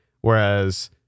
Whereas